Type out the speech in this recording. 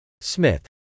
Smith